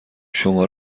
شما